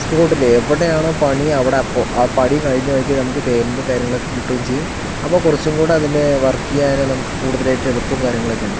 സ്പോട്ടില് എവിടെയാണോ പണി അവിടെ അപ്പോൾ ആ പണി കഴിഞ്ഞ വഴിക്ക് നമ്മക്ക് പെയമെൻറ്റും കാര്യങ്ങളൊക്കെ കിട്ടും ചെയ്യും അപ്പോൾ കുറച്ചും കൂടെ അതിൻ്റെ വർക്കെയ്യാനും നമുക്ക് കൂടുതലായിട്ട് എളുപ്പവും കാര്യങ്ങളൊക്കെയാണ്